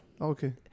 Okay